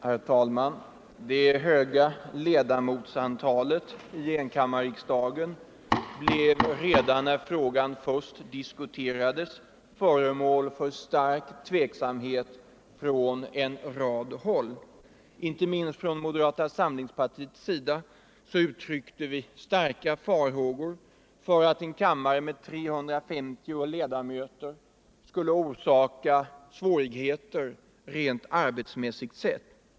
Herr talman! Det höga ledamotsantalet i enkammarriksdagen blev redan när frågan först diskuterades föremål för stark tveksamhet från en rad håll. Inte minst från moderata samlingspartiets sida uttryckte vi starka farhågor för att en kammare med 350 ledamöter skulle orsaka svårigheter rent arbetsmässigt sett.